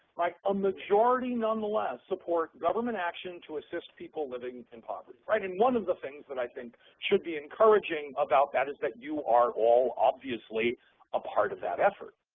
like a majority, nonetheless, support government action to assist people living in poverty, right. and one of the things that i think should be encouraging about that is that you are all obviously a part of that effort.